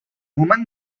woman